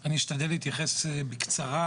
צחי: אני אשתדל להתייחס בקצרה.